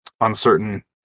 uncertain